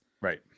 right